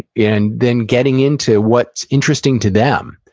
and then, getting into what's interesting to them.